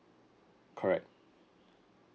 correct